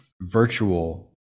virtual